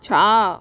ଛଅ